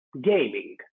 gaming